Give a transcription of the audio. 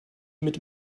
mit